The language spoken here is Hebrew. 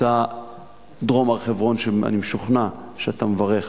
דרום הר-חברון, שאני משוכנע שאתה מברך